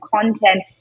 content